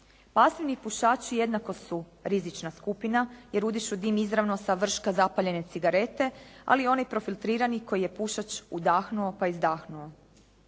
Pasivni pušači jednako su rizična skupina jer udišu dim izravno sa vrška zapaljene cigarete ali i oni profiltrirani koji je pušač udahnuo pa izdahnuo.